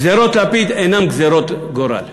גזירות לפיד אינן גזירות גורל,